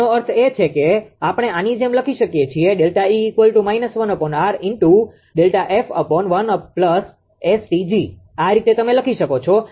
તેનો અર્થ એ છે કે આપણે આની જેમ લખી શકીએ છીએ આ રીતે તમે લખી શકો છો